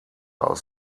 aus